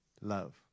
love